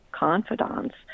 confidants